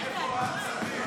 איפה הצווים?